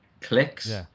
clicks